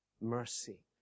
Mercy